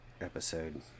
episode